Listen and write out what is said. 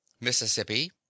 Mississippi